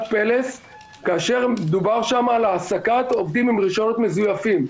פלס כאשר דובר שם על העסקת עובדים עם רישיונות מזויפים.